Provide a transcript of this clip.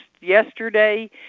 yesterday